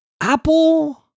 Apple